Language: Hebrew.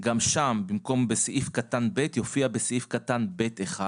גם שם במקום בסעיף (ב) יופיע בסעיף (ב)(1),